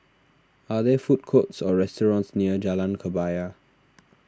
are there food courts or restaurants near Jalan Kebaya